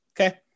okay